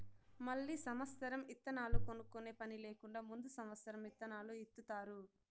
మళ్ళీ సమత్సరం ఇత్తనాలు కొనుక్కునే పని లేకుండా ముందు సమత్సరం ఇత్తనాలు ఇత్తుతారు